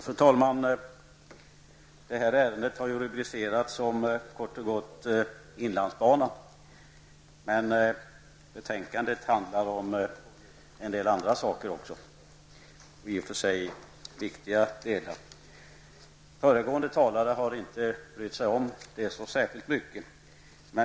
Fru talman! Det här ärendet har kort och gott rubricerats inlandsbanan, men betänkandet handlar om en del andra saker som i och för sig också är viktiga. Föregående talare har inte brytt sig om det särskilt mycket.